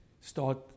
start